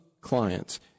clients